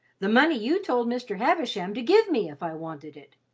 the money you told mr. havisham to give me if i wanted it.